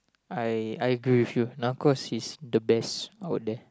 I I agree with you Narcos is the best out there